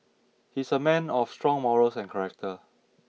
he's a man of strong morals and character